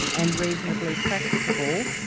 and reasonably practicable.